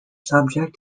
subject